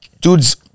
dude's